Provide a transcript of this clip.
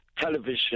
television